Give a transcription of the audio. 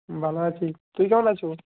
ভালো আছি তুই কেমন আছ